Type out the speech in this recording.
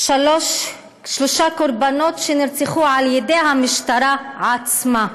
שלושה קורבנות שנרצחו על ידי המשטרה עצמה.